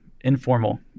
informal